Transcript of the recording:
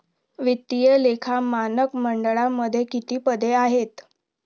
वित्तीय लेखा मानक मंडळामध्ये किती पदे आहेत?